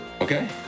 Okay